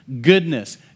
goodness